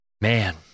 Man